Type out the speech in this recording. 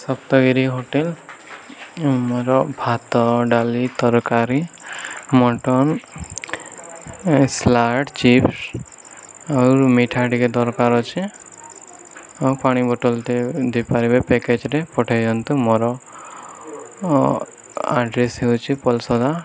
Saptagiri hotel ମୋର ଭାତ ଡାଲି ତରକାରୀ ମଟନ ସାଲାଡ଼ ଚିପ୍ସ ଆଉ ମିଠା ଟିକେ ଦରକାର ଅଛି ଆଉ ପାଣି ବୋଟଲ୍ ଦେଇ ଦେଇପାରିବେ ପ୍ୟାକେଜ୍ରେ ପଠାଇ ଦିଅନ୍ତୁ ମୋର ଆଡ଼୍ରେସ୍ ହେଉଛିି ପଲସଦା